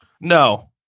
No